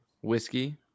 Whiskey